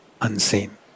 unseen